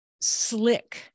slick